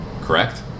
correct